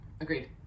agreed